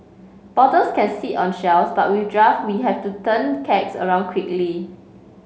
bottles can sit on shelves but with draft we have to turn kegs around quickly